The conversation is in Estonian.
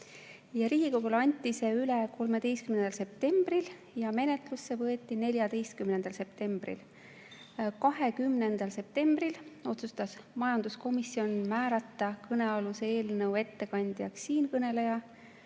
Riigikogule anti see üle 13. septembril ja menetlusse võeti 14. septembril. 20. septembril otsustas majanduskomisjon määrata kõnealuse eelnõu ettekandjaks siinkõneleja.